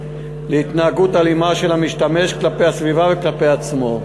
להתנהגות אלימה של המשתמש כלפי הסביבה וכלפי עצמו.